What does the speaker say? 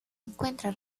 encuentra